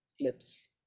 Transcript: lips